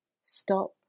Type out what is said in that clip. stop